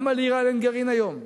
למה לאירן אין גרעין היום?